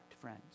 friends